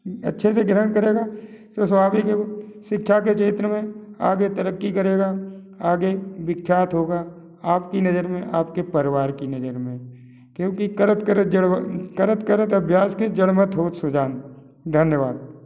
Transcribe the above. अच्छे से ग्रहण करेगा तो स्वाभाविक है वो शिक्षा के क्षेत्र में आगे तरक़्क़ी करेगा आगे विख्यात होगा आपकी नज़र में आप के परिवार की नज़र में क्यूँकि करत करत करत करत अभ्यास के जड़मत होत सुजान धन्यवाद